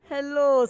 Hello